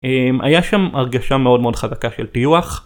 אם היה שם הרגשה מאוד מאוד חזקה של טיוח.